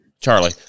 Charlie